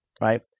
right